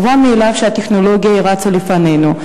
מובן מאליו שהטכנולוגיה רצה לפנינו,